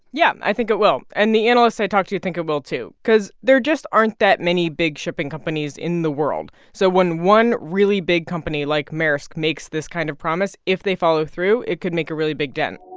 yeah, i think it will. and the analysts i talked to you think it will too because there just aren't that many big shipping companies in the world. so when one really big company like maersk makes this kind of promise, if they follow through, it could make a really big dent